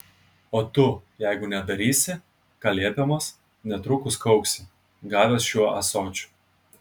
o tu jeigu nedarysi ką liepiamas netrukus kauksi gavęs šiuo ąsočiu